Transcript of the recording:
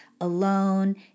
alone